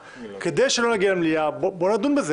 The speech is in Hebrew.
כדי שלא נגיע למליאה, בואו נדון בזה.